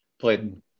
played